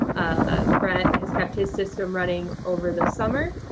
ah brad has kept his system running over the summer.